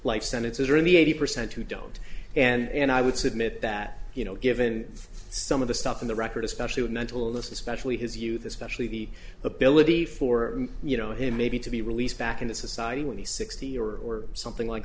life sentences or only eighty percent who don't and i would submit that you know given some of the stuff in the record especially with mental illness especially his you that specially the ability for you know him maybe to be released back into society when he's sixty or something like